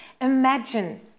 Imagine